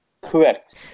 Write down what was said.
Correct